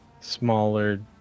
smaller